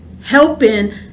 Helping